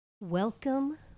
welcome